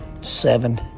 seven